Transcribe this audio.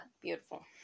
Beautiful